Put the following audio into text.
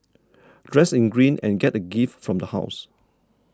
dress in green and get a gift from the house